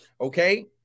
okay